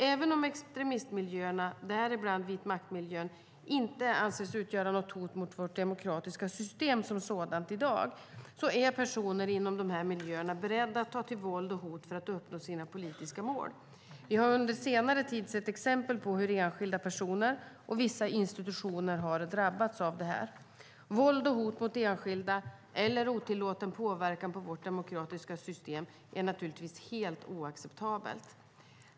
Även om extremistmiljöerna, däribland vitmaktmiljön, inte anses utgöra något hot mot vårt demokratiska system som sådant i dag är personer inom dessa miljöer beredda att ta till våld och hot för att uppnå sina politiska mål. Vi har under senare tid sett exempel på hur enskilda personer och vissa institutioner har drabbats av detta. Våld och hot mot enskilda eller otillåten påverkan på vårt demokratiska system är naturligtvis helt oacceptabelt.